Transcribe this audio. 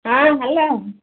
ହଁ ହ୍ୟାଲୋ